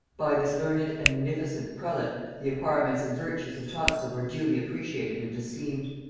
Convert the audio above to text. by this learned and munificent prelate the acquirements and virtues of tonstal were duly appretiated and esteemed.